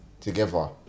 together